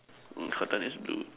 mm curtain is blue